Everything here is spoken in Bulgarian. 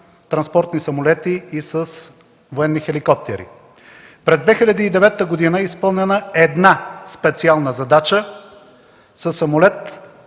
транспортни самолети и с военни хеликоптери. През 2009 г. е изпълнена една специална задача със самолет